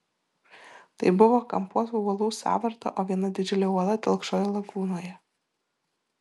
tai buvo kampuotų uolų sąvarta o viena didžiulė uola telkšojo lagūnoje